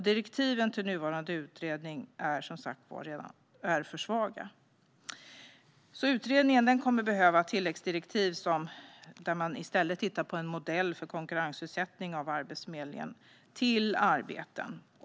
Direktiven till nuvarande utredning är för svaga. Utredningen kommer att behöva tilläggsdirektiv för att i stället titta på en modell för konkurrensutsättning av förmedling av arbete.